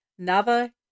Nava